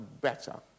better